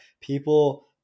people